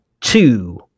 two